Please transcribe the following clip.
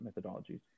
methodologies